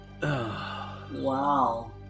Wow